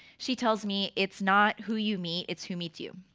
she tells me, it's not who you meet, it's who meets you.